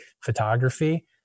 photography